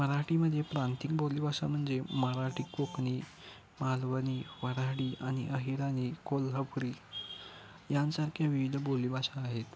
मराठीमध्ये प्रांतिक बोलीभाषा म्हणजे मराठी कोकणी मालवणी वऱ्हाडी आणि अहिराणी कोल्हापुरी यांसारख्या विविध बोलीभाषा आहेत